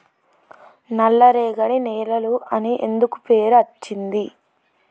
నల్లరేగడి నేలలు అని ఎందుకు పేరు అచ్చింది?